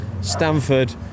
Stanford